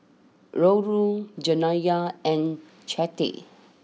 Rollo Janiya and Chante